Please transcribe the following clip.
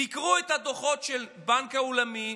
תקראו את הדוחות של הבנק העולמי,